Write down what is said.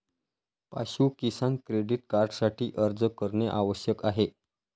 पाशु किसान क्रेडिट कार्डसाठी अर्ज करणे आवश्यक आहे